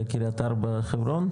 לקריית ארבע, חברון?